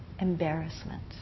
embarrassment